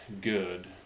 good